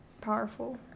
powerful